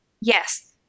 Yes